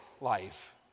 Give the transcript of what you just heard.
life